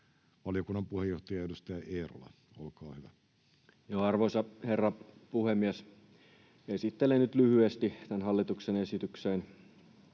Valiokunnan puheenjohtaja, edustaja Eerola, olkaa hyvä. Arvoisa herra puhemies! Esittelen nyt lyhyesti tämän hallituksen esityksen